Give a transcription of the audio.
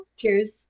Cheers